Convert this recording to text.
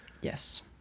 Yes